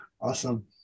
Awesome